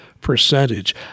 percentage